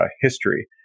history